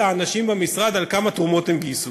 האנשים במשרד על כמה תרומות הם גייסו.